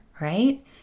right